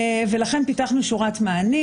ולכן פיתחנו שורת מענים.